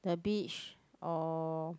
the beach or